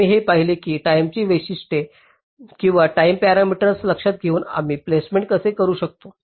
आम्ही ते पाहिले की टाईमेची वैशिष्ट्ये किंवा टाइमिंग पॅरामीटर्स लक्षात घेऊन आम्ही प्लेसमेंट कसे करू शकतो